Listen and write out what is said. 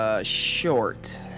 Short